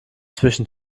zwischen